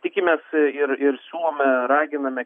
tikimės ir ir siūlome raginame